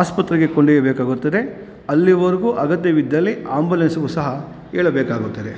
ಆಸ್ಪತ್ರೆಗೆ ಕೊಂಡೊಯ್ಯಬೇಕಾಗುತ್ತದೆ ಅಲ್ಲಿವರೆಗೂ ಅಗತ್ಯವಿದ್ದಲ್ಲಿ ಆಂಬುಲೆನ್ಸ್ಗೂ ಸಹ ಹೇಳಬೇಕಾಗುತ್ತದೆ